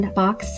box